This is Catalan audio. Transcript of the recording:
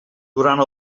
durant